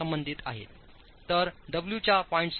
तर डब्ल्यूच्या ०